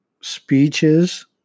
speeches